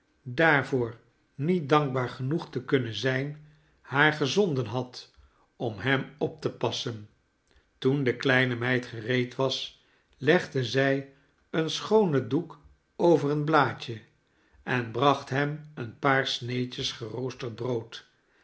daarvoor niet dankbaar genoeg te kunnen zijn haar gezonden had om hem op te passen toen de kleine meid gereed was legde zij een schoonen doek over een blaadje en bracht hem een paar sneedjes geroosterd brood